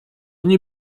nie